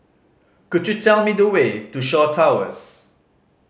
could you tell me the way to Shaw Towers